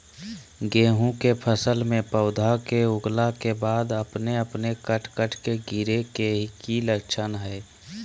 गेहूं के फसल में पौधा के उगला के बाद अपने अपने कट कट के गिरे के की लक्षण हय?